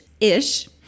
ish